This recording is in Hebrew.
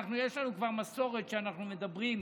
יש לנו כבר מסורת שאנחנו מדברים,